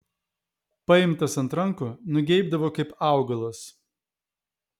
paimtas ant rankų nugeibdavo kaip augalas